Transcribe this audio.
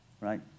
right